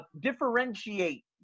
Differentiate